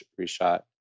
reshot